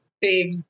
big